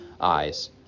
eyes